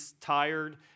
tired